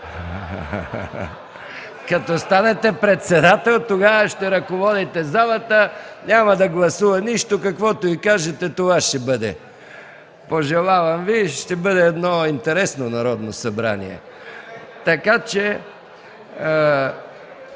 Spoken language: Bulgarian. Като станете председател, тогава ще ръководите залата – няма да гласува нищо, каквото й кажете, това ще бъде. Пожелавам Ви, ще бъде едно интересно Народно събрание. Ако обаче